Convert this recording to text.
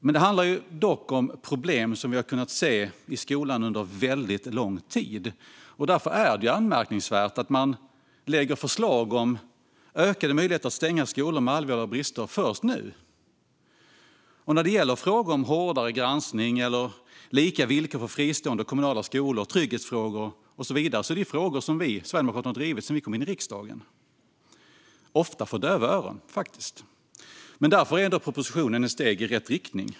Det här handlar dock om problem som vi har kunnat se i skolan under lång tid. Därför är det anmärkningsvärt att man lägger fram förslag om ökade möjligheter att stänga skolor med allvarliga brister först nu. Hårdare granskning eller lika villkor för fristående kommunala skolor, trygghetsfrågor och så vidare är frågor som vi sverigedemokrater har drivit sedan vi kom in i riksdagen - ofta för döva öron. Därför är den här propositionen ett steg i rätt riktning.